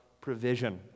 provision